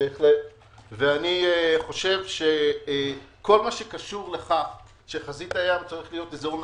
כל מה שקשור בכך שחזית הים צריך להיות אזור נקי,